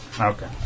Okay